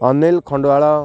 Anil Khandual